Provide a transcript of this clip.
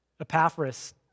Epaphras